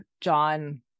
John